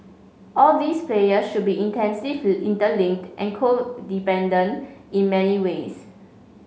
all these player should be intensive interlinked and codependent in many ways